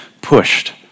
pushed